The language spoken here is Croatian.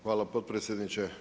Hvala potpredsjedniče.